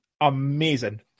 Amazing